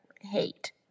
hate